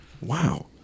Wow